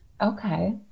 Okay